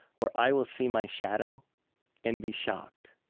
where i will see my shadow and be shocked.